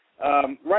Right